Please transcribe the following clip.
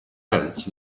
ants